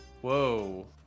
Whoa